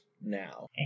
now